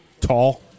tall